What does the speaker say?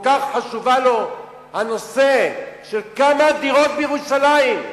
כל כך חשוב לו הנושא של כמה דירות בירושלים.